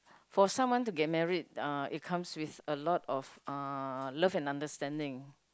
for someone to get married uh it comes with a lot of uh love and understanding